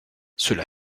cela